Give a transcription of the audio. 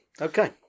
Okay